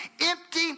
Empty